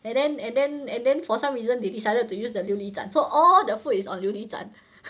and then and then and then for some reason they decided to use the 琉璃盏 so all the food is on 琉璃盏